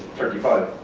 thirty five.